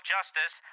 Justice